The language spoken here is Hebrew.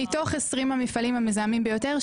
מתוך 20 המפעלים המזהמים ביותר,